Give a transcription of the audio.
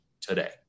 today